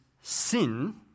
sin